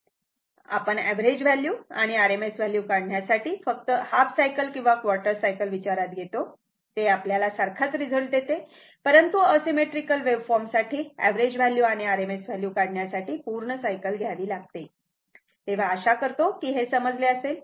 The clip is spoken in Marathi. सिमेट्रीकल वेव्हफॉर्म साठी आपण एव्हरेज व्हॅल्यू आणि RMS व्हॅल्यू काढण्यासाठी फक्त हाफ सायकल किंवा क्वार्टर सायकल विचारात घेतो हे आपल्याला सारखाच रिझल्ट देते परंतु असिमेट्रीकल वेव्हफॉर्म साठी एव्हरेज व्हॅल्यू आणि RMS व्हॅल्यू काढण्यासाठी पूर्ण सायकल घ्यावी लागेल तेव्हा आशा करतो की हे समजले असेल